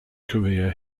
career